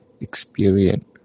experience